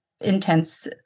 intense